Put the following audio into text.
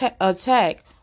attack